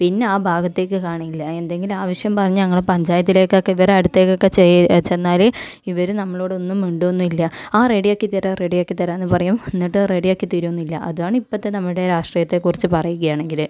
പിന്നെ ആ ഭാഗത്തേക്ക് കാണില്ല എന്തെങ്കിലും ആവശ്യം പറഞ്ഞ് ഞങ്ങൾ പഞ്ചായത്തിലേക്കൊക്കെ ഇവരുടെ അടുത്തേക്കൊക്കെ ചെ ചെന്നാൽ ഇവർ നമ്മളോട് ഒന്നും മിണ്ടുകയൊന്നുമില്ല ആ റെഡിയാക്കി തരാം റെഡിയാക്കി തരാം എന്ന് പറയും എന്നിട്ട് റെഡിയാക്കി താരികയൊന്നും ഇല്ല അതാണ് ഇപ്പോഴത്തെ നമ്മുടെ രാഷ്ട്രീയത്തെ കുറിച്ച് പറയുകയാണെങ്കിൽ